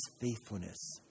faithfulness